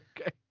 Okay